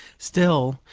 still,